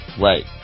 Right